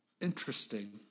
interesting